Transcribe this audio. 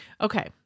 Okay